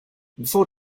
bevor